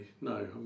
No